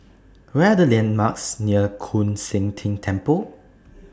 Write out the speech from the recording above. What Are The landmarks near Koon Seng Ting Temple